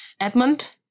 Edmund